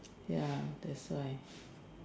ya that's why